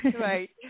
Right